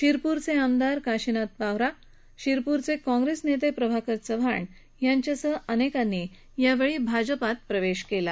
शिरपुरचे आमदार काशिनाथ पावरा शिरपुरचे काँग्रेस नेते प्रभाकर चव्हाण यांच्यासह अनेकांनी यावेळी भारतीय जनता पक्षात प्रवेश केला